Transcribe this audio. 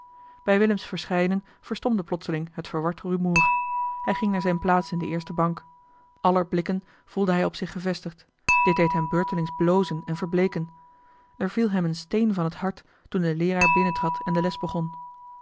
bij willems verschijnen verstomde plotseling het verward rumoer hij ging naar zijne plaats in de eerste bank aller blikken voelde hij op zich gevestigd dit deed hem beurtelings blozen en verbleeken er viel hem een steen van het hart toen de leeraar binnentrad en de les begon